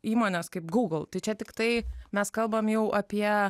įmonės kaip google tai čia tiktai mes kalbam jau apie